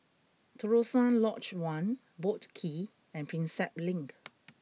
Terusan Lodge One Boat Quay and Prinsep Link